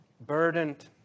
Burdened